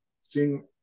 seeing